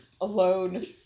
alone